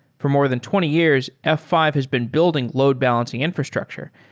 for more than twenty years, f five has been building load-balancing infrastructure,